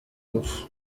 urupfu